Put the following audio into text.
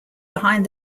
behind